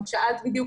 את שאלת בדיוק,